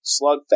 slugfest